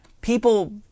People